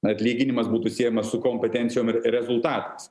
atlyginimas būtų siejamas su kompetencijom ir rezultatais